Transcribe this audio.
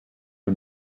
was